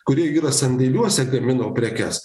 kurie yra sandėliuose gamino prekes